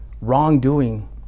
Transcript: wrongdoing